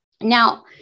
Now